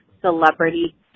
celebrity